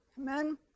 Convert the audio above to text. Amen